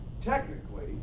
technically